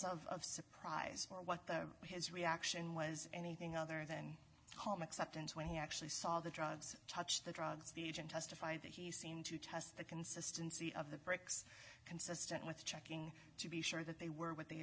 evidence of surprise or what his reaction was anything other than home acceptance when he actually saw the drugs touched the drugs the agent testified that he seemed to test the consistency of the bricks consistent with checking to be sure that they were what they